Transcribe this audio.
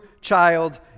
child